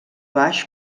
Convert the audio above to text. baix